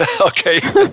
Okay